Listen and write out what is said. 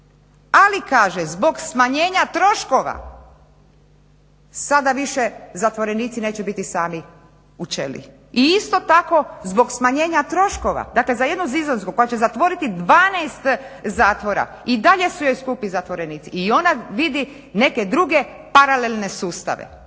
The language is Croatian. Ali kaže zbog smanjenja troškova sada više zatvorenici neće biti sami u ćeliji. I isto tako zbog smanjenja troškova, dakle za jednu Nizozemsku koja će zatvoriti 12 zatvora i dalje su joj skupi zatvorenici. I ona vidi neke druge paralelne sustave.